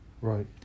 Right